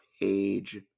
age